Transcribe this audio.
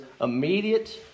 immediate